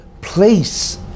place